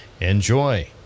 enjoy